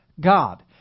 God